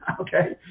okay